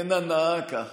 דקה, אין הנאה ככה.